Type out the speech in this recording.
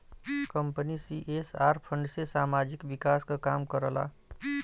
company CSR fund से सामाजिक विकास क काम करला